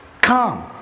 Come